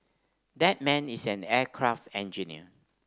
that man is an aircraft engineer